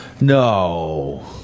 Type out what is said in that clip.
No